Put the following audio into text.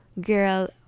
girl